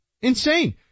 Insane